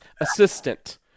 assistant